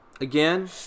Again